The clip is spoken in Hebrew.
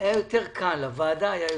היה יותר קל לוועדה.